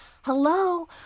hello